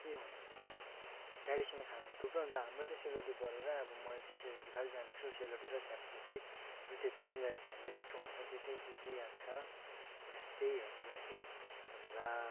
के भन्नु तिमीलाई अब ट्रेडिसनल खानामा थुप्रै हुन्छ हाम्रो चाहिँ सेलरोटी परेर अब मैले चाहिँ सेलरोटी खालि जानेको छु सेलरोटी र ख्याप्सो चाहिँ दुइटा चाहिँ मिलाएर खायो भने चाहिँ मिठो हुन्छ त्यो चाहिँ त्यति चाहिँ याद छ त्यस्तै हो कुरा चाहिँ धन्यवाद